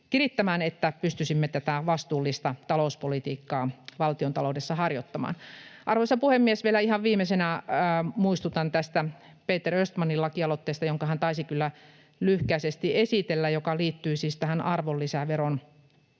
että pystyisimme tätä vastuullista talouspolitiikkaa valtiontaloudessa harjoittamaan. Arvoisa puhemies! Vielä ihan viimeisenä muistutan tästä Peter Östmanin lakialoitteesta — jonka hän taisi kyllä lyhkäisesti esitellä — joka liittyy siis tähän arvonlisäveron